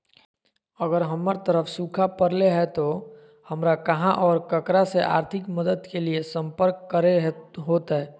अगर हमर तरफ सुखा परले है तो, हमरा कहा और ककरा से आर्थिक मदद के लिए सम्पर्क करे होतय?